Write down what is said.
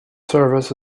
service